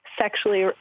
sexually